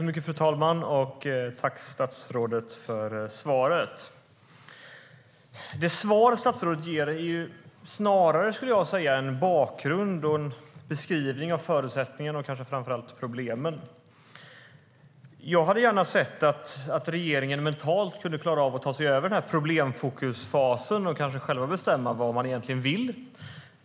Fru talman! Jag tackar statsrådet för svaret. Men svaret är snarare en bakgrund och en beskrivning av förutsättningarna och kanske framför allt problemen. Jag hade gärna sett att regeringen mentalt kunnat klara av att ta sig över problemfokusfasen och själva bestämma vad man egentligen vill.